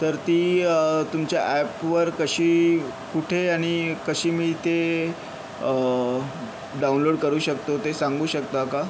तर ती तुमच्या ॲपवर कशी कुठे आणि कशी मिळते डाउनलोड करू शकतो ते सांगू शकता का